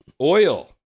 oil